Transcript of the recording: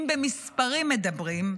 אם במספרים מדברים,